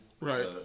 Right